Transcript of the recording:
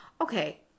okay